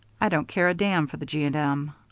i don't care a damn for the g. and m.